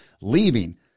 leaving